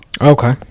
Okay